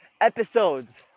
episodes